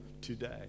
today